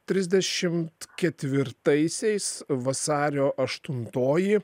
trisdešimt ketvirtaisiais vasario aštuntoji